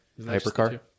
Hypercar